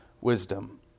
wisdom